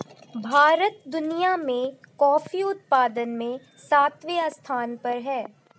भारत दुनिया में कॉफी उत्पादन में सातवें स्थान पर है